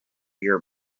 your